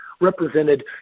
represented